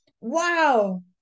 Wow